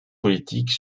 politique